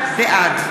בעד.